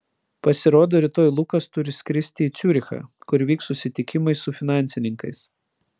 pasirodo rytoj lukas turi skristi į ciurichą kur vyks susitikimai su finansininkais